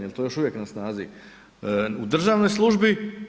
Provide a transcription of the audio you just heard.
Jel to još uvijek na snazi u državnoj službi?